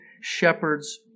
Shepherds